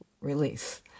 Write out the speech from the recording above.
release